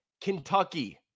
Kentucky